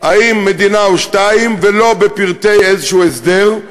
אם מדינה או שתיים, ולא בפרטי הסדר כלשהו.